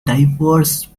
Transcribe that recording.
diverse